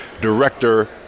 director